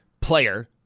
player